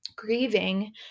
Grieving